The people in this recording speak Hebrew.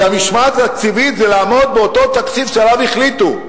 כי המשמעת התקציבית זה לעמוד באותו תקציב שעליו החליטו,